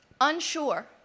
unsure